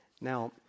Now